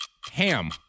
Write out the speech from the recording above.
Ham